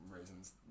reasons